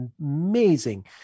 amazing